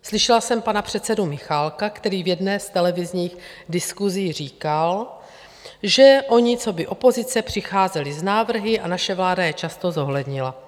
Slyšela jsem pana předsedu Michálka, který v jedné z televizních diskuzí říkal, že oni coby opozice přicházeli s návrhy a naše vláda je často zohlednila.